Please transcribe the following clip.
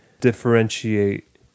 differentiate